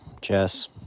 Jess